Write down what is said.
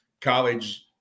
college